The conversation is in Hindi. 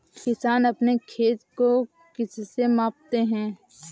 किसान अपने खेत को किससे मापते हैं?